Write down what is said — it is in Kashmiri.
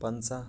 پَنٛژہ